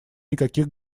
никаких